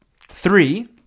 Three